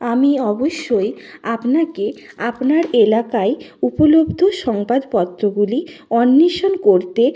আমি অবশ্যই আপনাকে আপনার এলাকায় উপলব্ধ সংবাদপত্রগুলি অন্বেষণ করতে